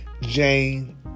Jane